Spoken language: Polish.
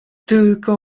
tylko